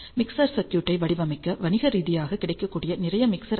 mixer சர்க்யூட்டை வடிவமைக்க வணிக ரீதியாக கிடைக்கக்கூடிய நிறைய மிக்சர் ஐ